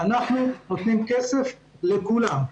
אנחנו נותנים כסף לכולם.